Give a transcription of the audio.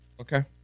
Okay